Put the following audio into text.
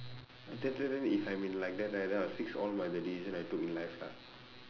ah just tell them if I am in like that right then I will fix all my decision I took in life lah